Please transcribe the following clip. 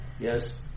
Yes